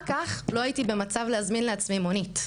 כך לא הייתי במצב להזמין לעצמי מונית.